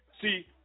See